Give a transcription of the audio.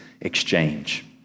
exchange